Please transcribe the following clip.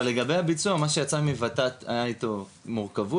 אבל לגבי הביצוע מה שיצא עם ות"ת היה איתו מורכבות.